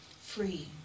Free